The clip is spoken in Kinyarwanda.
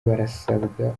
barasabwa